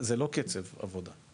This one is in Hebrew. זה לא קצב עבודה.